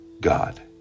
God